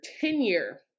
tenure